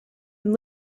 and